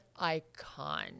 icon